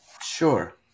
Sure